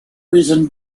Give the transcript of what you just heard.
reason